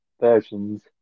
versions